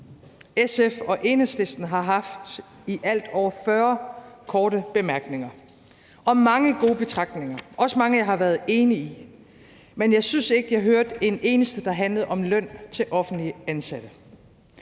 SF og Enhedslisten har haft i alt over 40 korte bemærkninger og mange gode betragtninger, også mange, jeg har været enig i. Men jeg synes ikke, jeg hørte en eneste, der handlede om løn til offentligt ansatte.